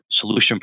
solution